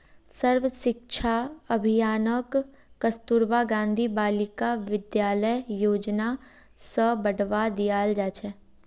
सर्व शिक्षा अभियानक कस्तूरबा गांधी बालिका विद्यालय योजना स बढ़वा दियाल जा छेक